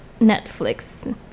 Netflix